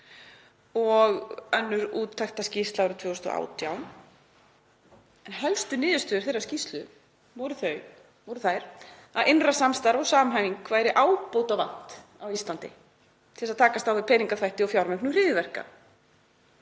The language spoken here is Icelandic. og önnur úttektarskýrsla árið 2018. Helstu niðurstöður þeirrar skýrslu voru þær að innra samstarfi og samhæfingu væri ábótavant á Íslandi til að takast á við peningaþvætti og fjármögnun hryðjuverka.